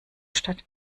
statt